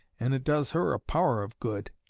and it does her a power of good